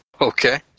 Okay